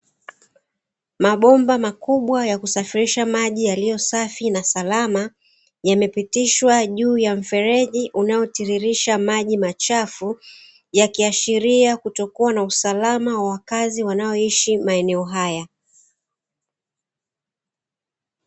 Mabomba makubwa ya kusafirisha maji yaliyo safi na salama yamepitishwa juu ya mfereji unaopitisha maji machafu, yakiashiria kutokuwa na usalama wa wakazi wa maeneo haya.